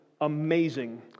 amazing